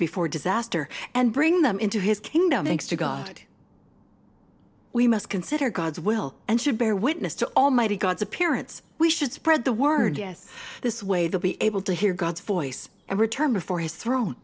before disaster and bring them into his kingdom thanks to god we must consider god's will and should bear witness to almighty god's appearance we should spread the word yes this way they'll be able to hear god's voice and return before his throne